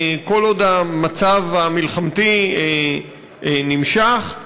כל עוד המצב המלחמתי נמשך,